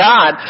God